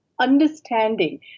Understanding